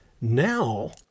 now